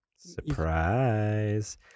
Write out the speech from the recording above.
Surprise